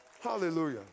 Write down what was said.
Hallelujah